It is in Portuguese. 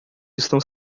estão